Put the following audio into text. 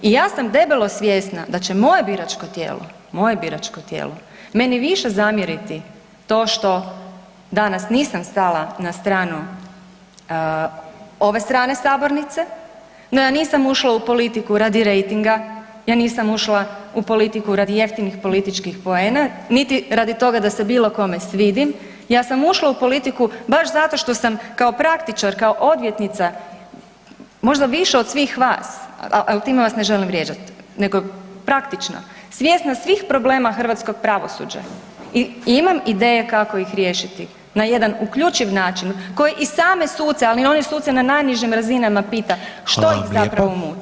I ja sam debelo svjesna da će moje biračko tijelo, moje biračko tijelo meni više zamjeriti to što danas nisam stala na stranu ove strane sabornice, no ja nisam ušla u politiku radi rejtinga, ja nisam ušla u politiku radi jeftinih političkih poena, niti radi toga da se bilo kome svidim, ja sam ušla u politiku baš zato što sam kao praktičar, kao odvjetnica možda više od svih vas, ali time vas ne želim vrijeđati nego praktično, svjesna svih problema hrvatskog pravosuđa i imam ideje kako ih riješiti na jedan uključiv način koji i same suce, ali i one suce na najnižim razinama pita što ih zapravo muči.